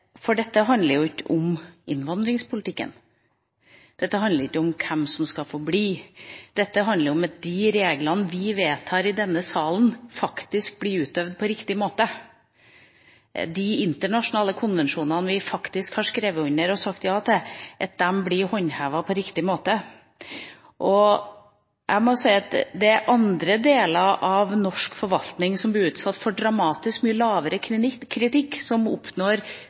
For dette handler jo ikke om innvandringspolitikken. Dette handler ikke om hvem som skal få bli. Dette handler om at de reglene vi vedtar i denne salen, faktisk blir utøvd på riktig måte, at de internasjonale konvensjonene vi har skrevet under og sagt ja til, blir håndhevet på riktig måte. Jeg må si at det er andre deler av norsk forvaltning som blir utsatt for dramatisk mye mindre kritikk, som oppnår